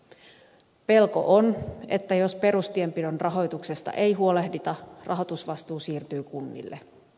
pelko on että jos perustienpidon rahoituksesta ei huolehdita rahoitusvastuu siirtyy kunnille